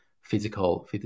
physical